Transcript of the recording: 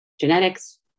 genetics